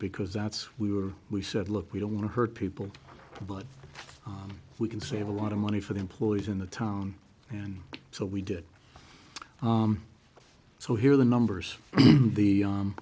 because that's we were we said look we don't want to hurt people but we can save a lot of money for the employees in the town and so we did so here the numbers the